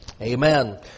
Amen